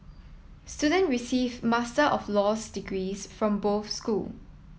student receive Master of Laws degrees from both school